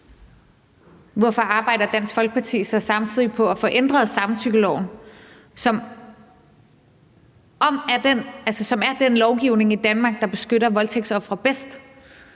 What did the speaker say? hvorfor arbejder Dansk Folkeparti så samtidig på at få ændret samtykkeloven, som er den lovgivning i Danmark, der beskytter voldtægtsofre bedst?